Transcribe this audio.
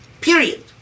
Period